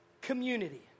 community